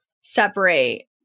separate